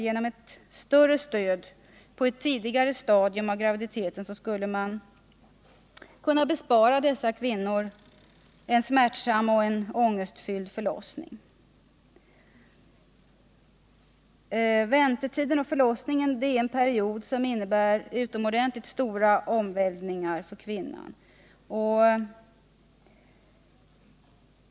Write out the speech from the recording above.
Genom ett större stöd på ett tidigare stadium av graviditeten skulle man kunna bespara dessa kvinnor en smärtsam och ångestfylld förlossning. Väntetiden och förlossningen är en period som innebär utomordentligt stora omvälvningar för kvinnan.